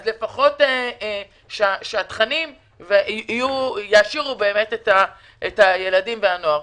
אז לפחות שהתכנים יעשירו את הילדים והנוער.